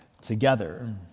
together